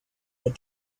that